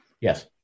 Yes